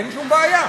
אין שום בעיה,